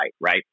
right